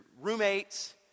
roommates